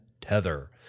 Tether